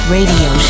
Radio